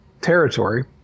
territory